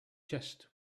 chest